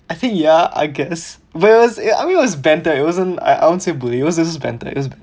I think ya I guess but it was ya I mean it was banter it wasn't I I won't say bully it was just banter